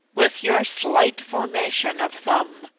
with your slight formation of thumb,